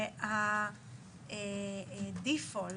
שהדיפולט,